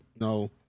no